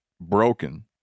broken